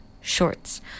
shorts